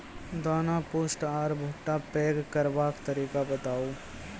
दाना पुष्ट आर भूट्टा पैग करबाक तरीका बताऊ?